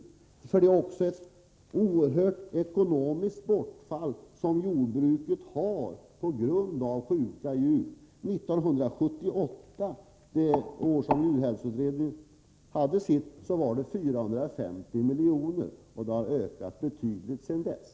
Jordbruket har också ett oerhört ekonomiskt bortfall på grund av sjuka djur. 1978, när djurhälsoutredningen arbetade, uppgick detta bortfall till 450 miljoner, och det har ökat betydligt sedan dess.